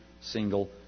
single